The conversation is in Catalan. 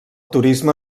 turisme